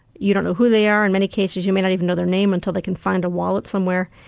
you don't know who they are in many cases you may not even know their name until they can find a wallet somewhere,